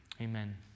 amen